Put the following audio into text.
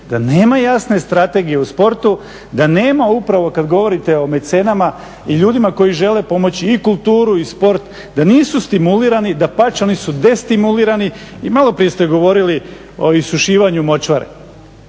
da nema jasne strategije u sportu, da nema upravo kada govorite o mecenama i ljudima koji žele pomoći i kulturu i sport, da nisu stimulirani, dapače oni su destimulirani i maloprije ste govorili o isušivanju močvare.